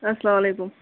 اَسلامُ عَلیکُم